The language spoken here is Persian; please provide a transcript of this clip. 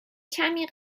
کمی